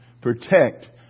protect